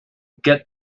get